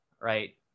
right